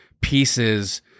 pieces